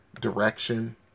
direction